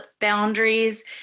boundaries